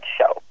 Show